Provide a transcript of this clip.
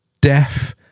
deaf